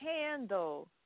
handle